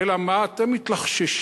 אלא מה, אתם מתלחששים,